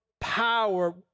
power